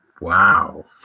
Wow